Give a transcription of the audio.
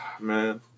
man